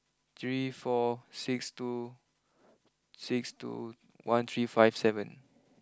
three four six two six two one three five seven